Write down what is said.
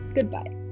Goodbye